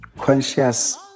conscious